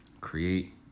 create